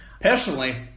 Personally